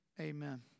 amen